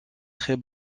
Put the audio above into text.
très